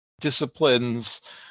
disciplines